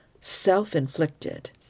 self-inflicted